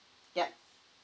yup